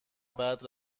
بعد